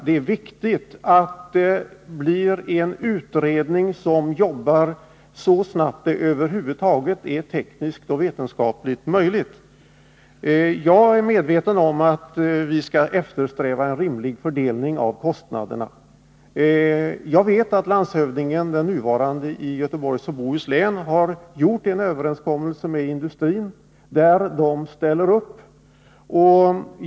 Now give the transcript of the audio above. Det är viktigt att det blir en utredning som jobbar så snabbt det över huvud taget är tekniskt och vetenskapligt möjligt. Jag är medveten om att vi skall eftersträva en rimlig fördelning av kostnaderna. Jag vet att den nuvarande landshövdingen i Göteborgs och Bohus län har gjort en överenskommelse med industrin, som alltså ställer upp.